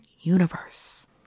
universe